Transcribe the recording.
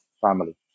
family